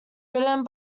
written